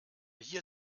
hier